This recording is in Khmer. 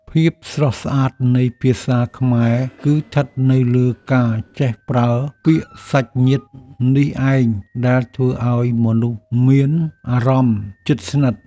ភាពស្រស់ស្អាតនៃភាសាខ្មែរគឺស្ថិតនៅលើការចេះប្រើពាក្យសាច់ញាតិនេះឯងដែលធ្វើឱ្យមនុស្សមានអារម្មណ៍ជិតស្និទ្ធ។